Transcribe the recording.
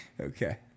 okay